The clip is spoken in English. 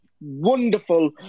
wonderful